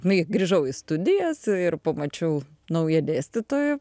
nai grįžau į studijas ir pamačiau naują dėstytoją